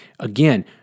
Again